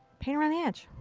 paint around the edge.